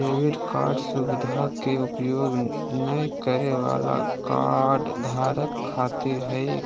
debit card सुवधा के उपयोग नय करे वाला कार्डधारक खातिर ई